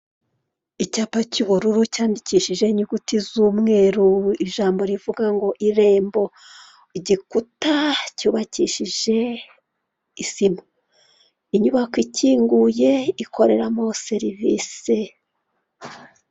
Icyapa cy'ubururu cyandikishije inyuguti z'umweru, ijambo rivuga ngo irembo igikuta cyubakishije isima, inyubako ikinguye ikoreramo serivise.